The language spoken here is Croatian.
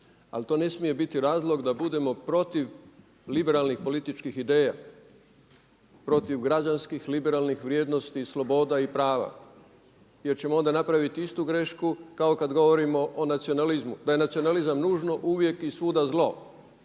Ali to ne smije biti razlog da budemo protiv liberalnih političkih ideja, protiv građanskih liberalnih vrijednosti sloboda i prava, jer ćemo onda napraviti istu grešku kao kad govorimo o nacionalizmu da je nacionalizam nužno uvijek i svuda zlo.